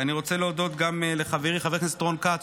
אני רוצה להודות גם לחברי חבר הכנסת רון כץ,